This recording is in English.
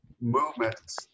movements